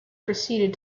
proceeded